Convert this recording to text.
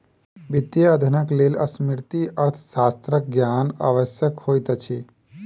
वित्तीय अध्ययनक लेल समष्टि अर्थशास्त्रक ज्ञान आवश्यक होइत अछि